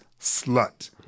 slut